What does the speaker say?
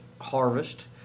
harvest